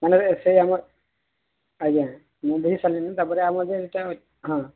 ମାନେ ସେଇ ଆମ ଆଜ୍ଞା ମୁଁ ଦେଇସାରିଲିଣି ତାପରେ ଆମର ଯୋ ଏଇଟା ହଁ